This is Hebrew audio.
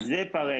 אז אלה הפערים.